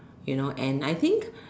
you know and I think